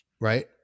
Right